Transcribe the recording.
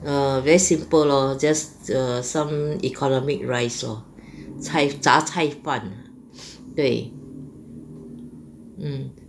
err very simple lor just err some economic rice lor 菜杂菜饭对 mm